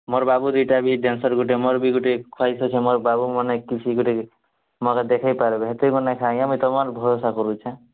ମୋର୍ ବାବୁ ଦୁଇଟା ବି ଡ୍ୟାନ୍ସର ଗୋଟେ ମୋର ବି ଗୁଟେ ଖ୍ୱାଇସ୍ ଅଛି ଆମର ବାବୁମାନେ କିଛି ଗୋଟେ ମଗଧ ଦେଖାଇ ପାରବେ ସେଥିପାଇଁ ଆମେ ତମ ଭରସା କରୁଛେ